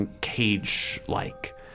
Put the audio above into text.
cage-like